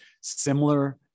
Similar